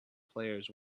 players